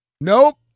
Nope